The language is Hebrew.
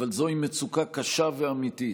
אבל זוהי מצוקה קשה ואמיתית,